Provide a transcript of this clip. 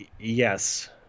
Yes